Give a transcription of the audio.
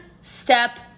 step